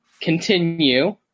continue